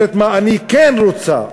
אומרת מה אני כן רוצה.